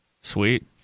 Sweet